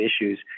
issues